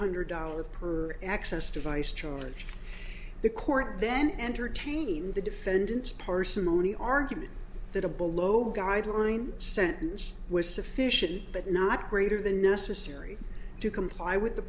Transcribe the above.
hundred dollars per access device charge the court then entertain the defendant's parsimony argument that a below guideline sentence was sufficient but not greater than necessary to comply with the